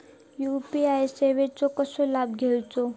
UPI सेवाचो कसो लाभ घेवचो?